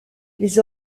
les